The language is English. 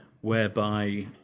whereby